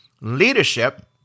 leadership